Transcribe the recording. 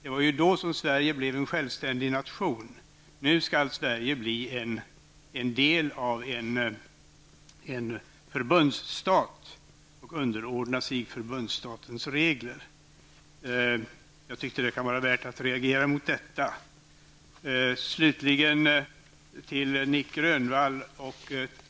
Det var då som Sverige blev en självständig nation. Nu skall Sverige bli en del av en förbundstat och underordna sig förbundstatens regler. Jag tycker att det kan vara värt att reagera mot detta. Slutligen till timret, Nic Grönvall.